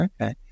okay